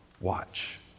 Watch